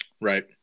Right